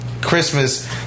Christmas